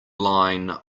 line